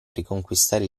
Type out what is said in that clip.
riconquistare